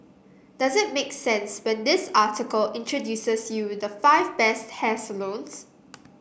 does it make sense when this article introduces you the five best hair salons